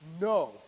no